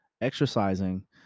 exercising